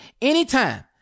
anytime